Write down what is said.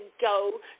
go